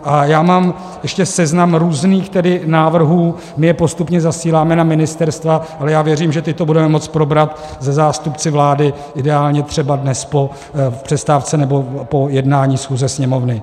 A já mám ještě seznam různých návrhů, my je postupně zasíláme na ministerstva, ale já věřím, že teď to budeme moct probrat se zástupci vlády ideálně třeba dnes o přestávce nebo po jednání schůze Sněmovny.